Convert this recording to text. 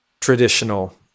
traditional